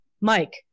Mike